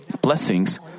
blessings